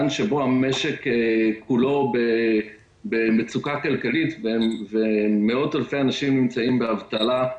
שבו המשק כולו במצוקה כלכלית ומאות אלפי אנשים נמצאים באבטלה,